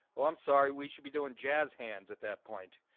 well, i'm sorry we should be doing jazz hands at that point